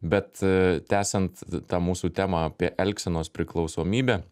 bet ee tęsiant tą mūsų temą apie elgsenos priklausomybę